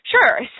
Sure